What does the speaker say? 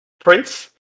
Prince